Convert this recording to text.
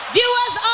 Viewers